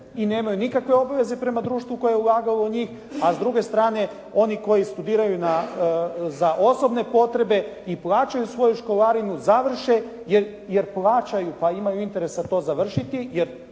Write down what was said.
i nemaju nikakve obveze prema društvu koje je ulagalo u njih, a s druge strane oni koji studiraju za osobne potrebe i plaćaju svoju školarinu završe jer plaćaju, pa imaju interesa to završiti jer